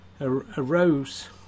arose